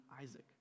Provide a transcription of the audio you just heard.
Isaac